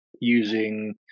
using